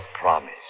promise